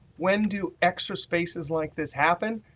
when do extra spaces like this happen?